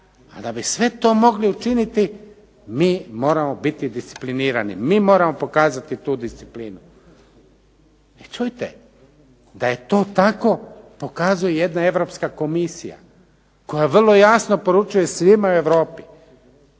A da bi sve to mogli učiniti mi moramo biti disciplinirani, mi moramo pokazati tu disciplinu. Da je to tako pokazuje jedna Europska komisija koja vrlo jasno poručuje svima u Europi